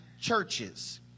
churches